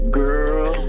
girl